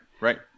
right